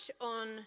on